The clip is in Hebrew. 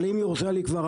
אבל אם יורשה לי כבר,